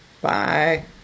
Bye